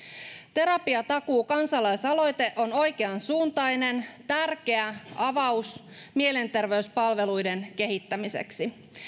terapiatakuu kansalaisaloite on oikeansuuntainen tärkeä avaus mielenterveyspalveluiden kehittämiseksi